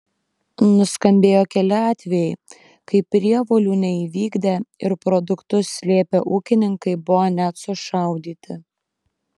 nuskambėjo keli atvejai kai prievolių neįvykdę ir produktus slėpę ūkininkai buvo net sušaudyti